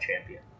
champion